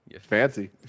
Fancy